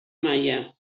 maia